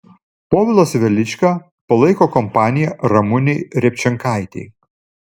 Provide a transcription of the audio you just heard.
povilas velička palaiko kompaniją ramunei repčenkaitei